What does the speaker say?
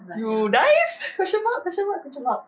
you dive question mark question mark question mark